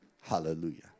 Hallelujah